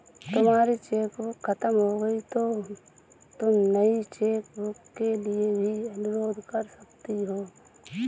तुम्हारी चेकबुक खत्म हो गई तो तुम नई चेकबुक के लिए भी अनुरोध कर सकती हो